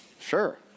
Sure